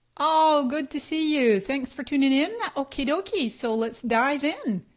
oh good to see you, thanks for tunin' in. okie dokie. so let's dive in.